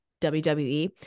wwe